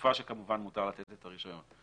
לתקופה שכמובן מותר לתת את הרישיון.